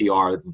PR